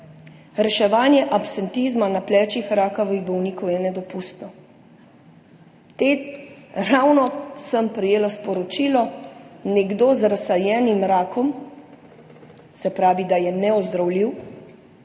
reševanje absentizma na plečih rakavih bolnikov je nedopustno. Ravno sem prejela sporočilo, nekdo z razsejanim rakom, se pravi, da je neozdravljiv,